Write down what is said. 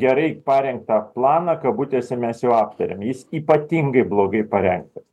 gerai parengtą planą kabutėse mes jau aptarėm jis ypatingai blogai parengtas